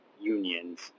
unions